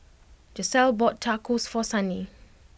Giselle bought Tacos for Sunny